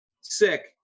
Sick